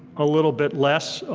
a little bit less,